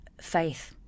faith